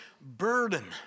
burden